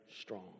strong